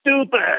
stupid